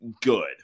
good